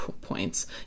Points